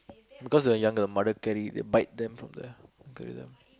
because when younger the mother carry they bite them from the aquarium